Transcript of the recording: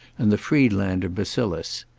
and the friedlander bacillus.